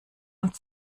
und